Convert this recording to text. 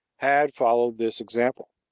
had followed this example.